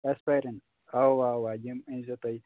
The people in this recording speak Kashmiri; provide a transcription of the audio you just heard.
ایسپایرِیٖن اَوا اَوا یِم أنٛۍ زیو تُہۍ